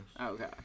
Okay